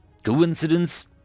Coincidence